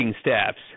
staffs